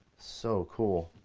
so cool.